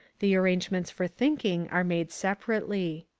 the arrangements for thinking are made separately.